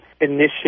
initiate